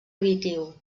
additiu